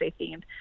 themed